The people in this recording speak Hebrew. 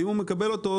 ואם הוא מקבל אותו,